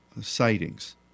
sightings